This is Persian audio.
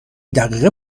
دقیقه